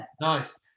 Nice